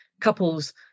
couple's